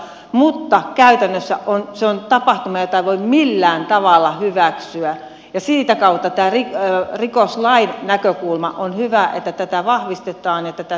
mutta käytännössä se on tapahtuma jota ei voi millään tavalla hyväksyä ja sitä kautta tämä rikoslain näkökulma on hyvä että tätä vahvistetaan ja tätä selkeytetään